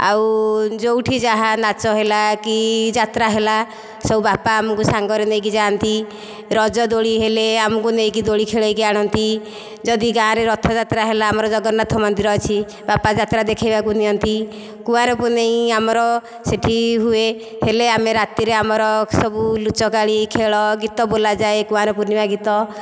ଆଉ ଯେଉଁଠି ଯାହା ନାଚ ହେଲା କି ଯାତ୍ରା ହେଲା ସବୁ ବାପା ଆମକୁ ସାଙ୍ଗରେ ନେଇକି ଯାଆନ୍ତି ରଜ ଦୋଳି ହେଲେ ଆମକୁ ନେଇକି ଦୋଳି ଖେଳାଇକି ଆଣନ୍ତି ଯଦି ଗାଁରେ ରଥ ଯାତ୍ରା ହେଲା ଆମର ଜଗନ୍ନାଥ ମନ୍ଦିର ଅଛି ବାପା ଯାତ୍ରା ଦେଖାଇବାକୁ ନିଅନ୍ତି କୁଆଁର ପୁନେଇଁ ଆମର ସେହିଠି ହୁଏ ହେଲେ ଆମେ ରାତିରେ ଆମର ସବୁ ଲୁଚକାଳି ଖେଳ ଗୀତ ବୋଲାଯାଏ କୁଆଁର ପୂର୍ଣ୍ଣିମା ଗୀତ